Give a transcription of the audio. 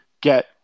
get